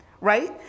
Right